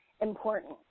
important